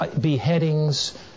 beheadings